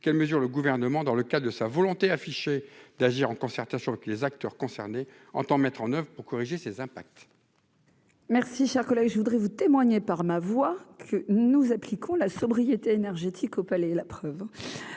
quelles mesures le gouvernement dans le cas de sa volonté affichée d'agir en concertation avec les acteurs concernés, entend mettre en oeuvre pour corriger ses impacts. Merci, chers collègues, je voudrais vous témoigner par ma voix que nous appliquons la sobriété énergétique au palais, la preuve,